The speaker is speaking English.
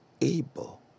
able